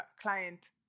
client